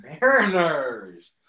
Mariners